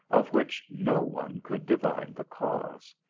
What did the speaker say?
of which no one could divine the cause.